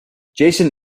jason